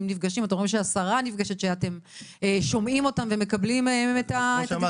שאתם שומעים מהאנשים.